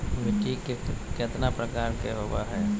मिट्टी केतना प्रकार के होबो हाय?